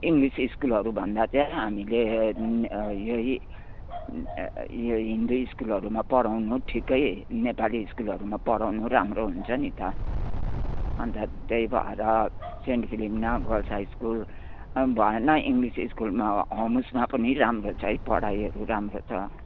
English स्कुलहरू भन्दा चाहिँ हामीले यही यो हिन्दू स्कुलहरूमा पढाउनु ठिकै नेपाली स्कुलहरूमा पढाउनु राम्रो हुन्छ नि त अन्त त्यही भएर Saint Philomena Girls High School भएन इङ्लिस स्कुलमा होम्समा पनि राम्रो छ है पढाइहरू राम्रो छ